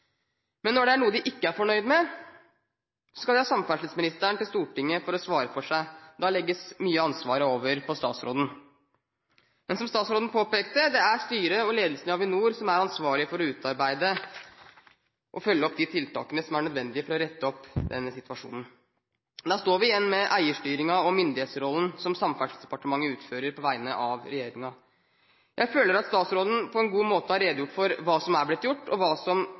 Men når det er noe de ikke er fornøyd med, skal de ha samferdselsministeren til Stortinget for å svare for seg. Da legges mye av ansvaret over på statsråden. Men, som statsråden påpekte, det er styret og ledelsen i Avinor som er ansvarlig for å utarbeide og følge opp de tiltakene som er nødvendige for å rette opp denne situasjonen. Da står vi igjen med eierstyringen og myndighetsrollen som Samferdselsdepartementet utfører på vegne av regjeringen. Jeg føler at statsråden på en god måte har redegjort for hva som er blitt gjort, og hva som